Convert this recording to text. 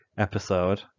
Episode